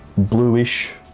blueish